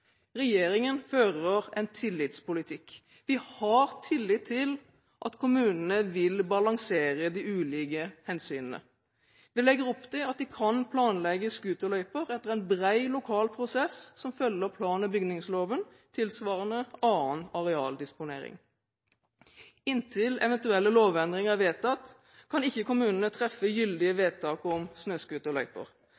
Regjeringen fører en tillitspolitikk. Vi har tillit til at kommunene vil balansere de ulike hensynene. Vi legger opp til at det kan planlegges scooterløyper etter en bred lokal prosess som følger plan- og bygningsloven, tilsvarende annen arealdisponering. Inntil eventuelle lovendringer er vedtatt, kan ikke kommunene treffe gyldige